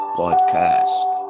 podcast